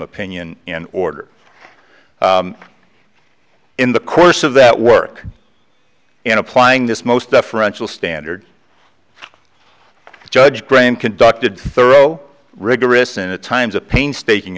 opinion and order in the course of that work in applying this most deferential standard to judge graeme conducted thorough rigorous and times of painstaking